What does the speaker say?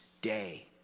day